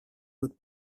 with